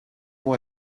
mots